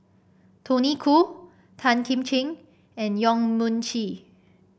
Tony Khoo Tan Kim Ching and Yong Mun Chee